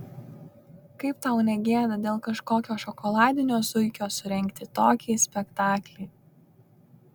kaip tau ne gėda dėl kažkokio šokoladinio zuikio surengti tokį spektaklį